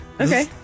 Okay